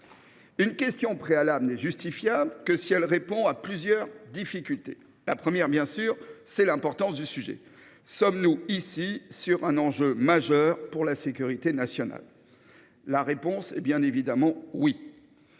Une question préalable n’est justifiable que si elle répond à plusieurs difficultés. La première, bien sûr, est l’importance du sujet. Sommes nous ici face à un enjeu majeur pour la sécurité nationale ? La réponse est bien évidemment oui